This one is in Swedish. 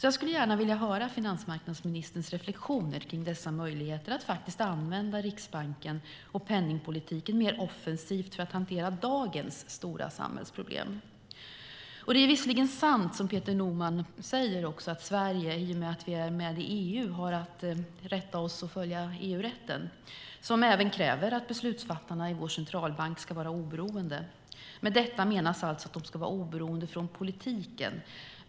Jag skulle gärna vilja höra finansmarknadsministerns reflexioner kring dessa möjligheter att använda Riksbanken och penningpolitiken mer offensivt för att hantera dagens stora samhällsproblem. Det är visserligen sant som Peter Norman säger att i och med att Sverige är med i EU har vi att rätta oss efter och följa EU-rätten, som även kräver att beslutsfattarna i vår centralbank ska vara oberoende. Med detta menas att de ska vara oberoende från politiken.